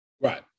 Right